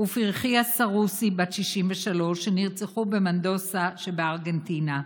ופרחיה סרוסי, בת 63, שנרצחו במנדוסה שבארגנטינה,